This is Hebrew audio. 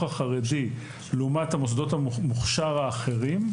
החרדי לעומת מוסדות המוכש"ר האחרים,